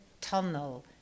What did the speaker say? tunnel